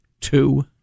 two